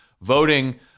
voting